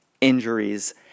injuries